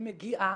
היא מגיעה,